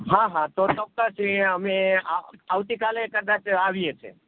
હા હા તો ચોક્કસ એ અમે આવતીકાલે કદાચ આવીએ છે